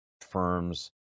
firms